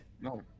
No